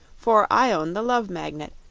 for i own the love magnet,